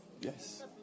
Yes